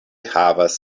havas